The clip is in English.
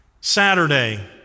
Saturday